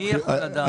מי יכול לדעת?